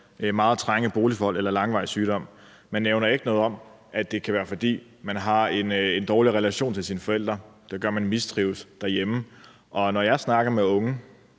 meget trange boligforhold eller langvarig sygdom. Man nævner ikke noget om, at det kan være, fordi man har en dårlig relation til sine forældre, hvilket gør, at man mistrives derhjemme. Når jeg snakker med unge,